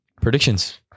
predictions